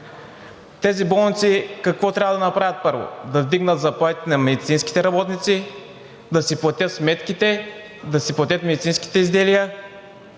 Тези болници какво трябва да направят първо – да вдигнат заплатите на медицинските работници, да си платят сметките, да си платят медицинските изделия